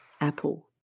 apple